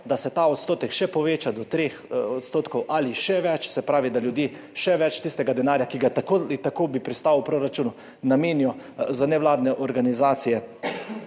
da se ta odstotek še poveča, do 3 % ali še več, se pravi, da ljudje še več tistega denarja, ki ga tako ali tako bi pristal v proračunu, namenijo za nevladne organizacije,